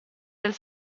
del